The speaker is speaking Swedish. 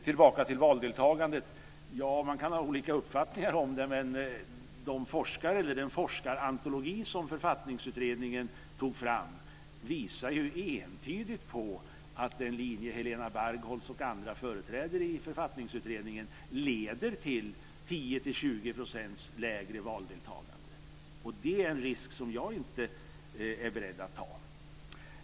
Tillbaka till valdeltagandet: Ja, man kan ha olika uppfattningar om det, men den forskarantologi som Författningsutredningen tog fram visar ju entydigt på att den linje Helena Bargholtz och andra företräder i Författningsutredningen leder till 10-20 procents lägre valdeltagande, och det är en risk som jag inte är beredd att ta.